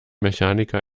mechaniker